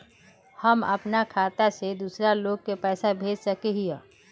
हम अपना खाता से दूसरा लोग के पैसा भेज सके हिये?